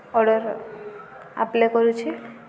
order apply କରୁଛି